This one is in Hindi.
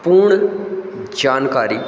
पूर्ण जानकारी